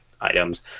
items